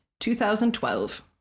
2012